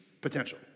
potential